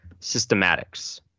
Systematics